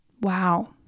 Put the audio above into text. Wow